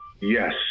Yes